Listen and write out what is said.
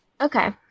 Okay